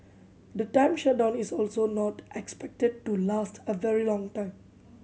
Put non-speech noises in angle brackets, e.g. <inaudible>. the <unintelligible> shutdown is also not expected to last a very long time